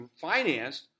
financed